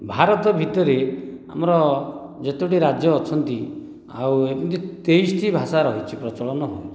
ଭାରତ ଭିତରେ ଆମର ଯେତୋଟି ରାଜ୍ୟ ଅଛନ୍ତି ଆଉ ଏମିତି ତେଇଶି ଟି ଭାଷା ରହିଛି ପ୍ରଚଳନ ହେଉଛି